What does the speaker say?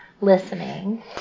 listening